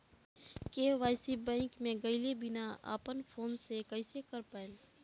KYC bank मे गएले बिना अपना फोन से कइसे कर पाएम?